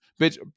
Bitch